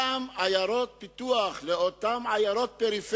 באזרח שרכש במיטב הונו ואונו את הנכס